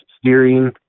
steering